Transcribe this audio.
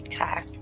Okay